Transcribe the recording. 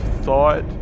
thought